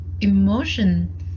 emotion